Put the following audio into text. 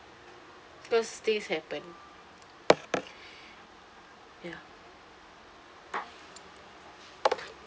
because things happen ya